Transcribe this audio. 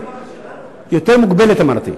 "יותר מוגבלת", אמרתי.